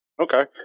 Okay